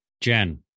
Jen